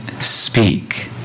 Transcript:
speak